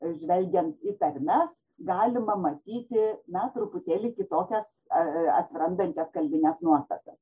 žvelgiant į tarmes galima matyti na truputėlį kitokias a atsirandančias kalbines nuostatas